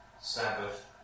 Sabbath